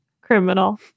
Criminal